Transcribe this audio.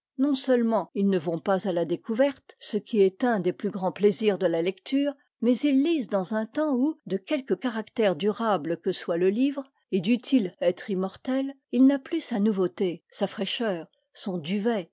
non seulement ils ne vont pas à la découverte ce qui est un des plus grands plaisirs de la lecture mais ils lisent dans un temps où de quelque caractère durable que soit le livre et dût-il être immortel il n'a plus sa nouveauté sa fraîcheur son duvet